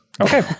Okay